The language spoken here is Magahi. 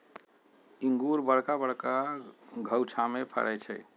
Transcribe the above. इंगूर बरका बरका घउछामें फ़रै छइ